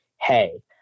hey